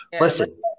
listen